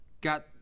Got